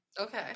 okay